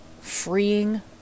freeing